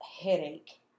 headache